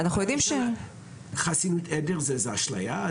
חסינות עדר זו אשליה?